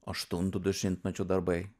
aštunto dešimtmečio darbai